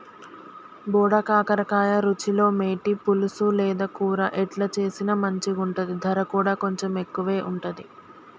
బోడ కాకర రుచిలో మేటి, పులుసు లేదా కూర ఎట్లా చేసిన మంచిగుంటది, దర కూడా కొంచెం ఎక్కువే ఉంటది